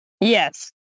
Yes